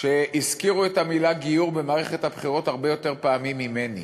שהזכירו את המילה גיור במערכת הבחירות הרבה יותר פעמים ממני,